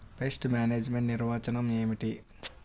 Pest management నిర్వచనం ఏమిటి?